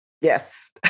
Yes